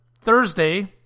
Thursday